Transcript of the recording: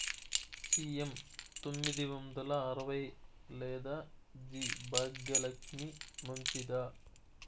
CM తొమ్మిది వందల అరవై లేదా జి భాగ్యలక్ష్మి మంచిదా?